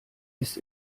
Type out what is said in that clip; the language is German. ist